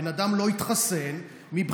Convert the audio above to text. בן אדם לא התחסן מבחירתו,